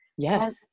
Yes